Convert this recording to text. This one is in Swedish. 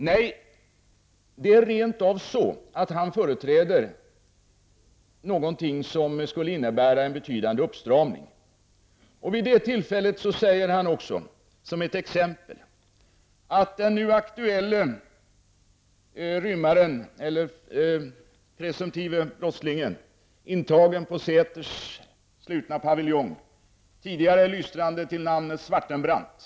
Nej, Leif G W Persson företräder rent av någonting som innebär en betydande uppstramning. Som ett exempel anförde han det nu aktuella fallet med den presumtive brottslingen, intagen på Säters fasta paviljong och tidigare lystrande till namnet Svartenbrandt.